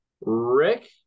Rick